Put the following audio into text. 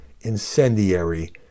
incendiary